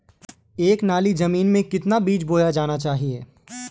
एक नाली जमीन में कितना बीज बोया जाना चाहिए?